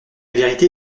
vérité